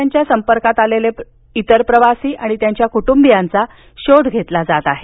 त्यांच्या संपर्कात आलेले प्रवासी आणि त्यांच्या कुटुंबीयांचा शोध घेतला जात आहे